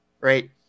right